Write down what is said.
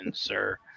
sir